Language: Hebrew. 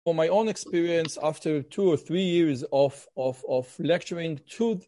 מניסיוני, לאחר שנתיים-שלוש של הרצאה ל